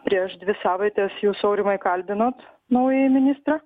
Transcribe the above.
prieš dvi savaitės jūs aurimai kalbinot naująjį ministrą